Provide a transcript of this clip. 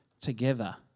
together